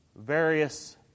Various